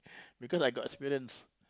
because I got experience